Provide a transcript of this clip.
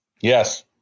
Yes